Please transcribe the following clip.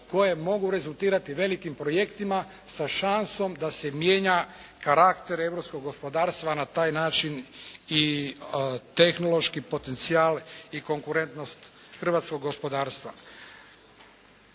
koje mogu rezultirati sa velikim projektima sa šansom da se mijenja karakter europskog gospodarstva na taj način i tehnološki potencijal i konkurentnost hrvatskog gospodarstva.